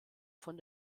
von